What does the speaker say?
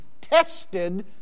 tested